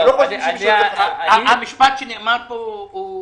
ולא חושבים --- המשפט שנאמר פה הוא נורא,